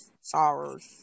sorrows